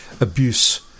abuse